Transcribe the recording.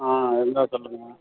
ஆ இருந்தால் சொல்லுங்கள்